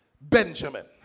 Benjamin